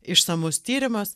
išsamus tyrimas